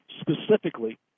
specifically